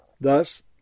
Thus